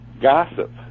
gossip